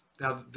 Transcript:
Now